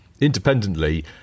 independently